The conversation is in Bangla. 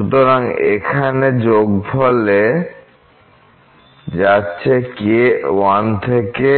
সুতরাং এখানে যোগফলচলে যাচ্ছে k 1 থেকে